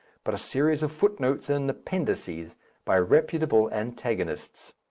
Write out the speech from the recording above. but a series of footnotes and appendices by reputable antagonists.